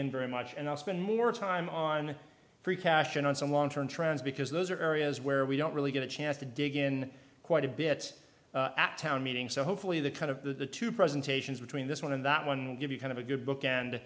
in very much and i'll spend more time on free cash and on some long term trends because those are areas where we don't really get a chance to dig in quite a bit at town meeting so hopefully the kind of the two presentations between this one and that one will give you kind of a good book and